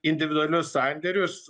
individualius sandėrius